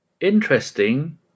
interesting